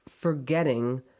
forgetting